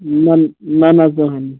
نہ نہ نہ زٕہٕنۍ نہٕ